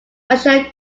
michelle